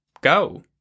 go